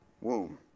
womb